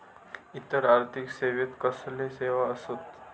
इतर आर्थिक सेवेत कसले सेवा आसत?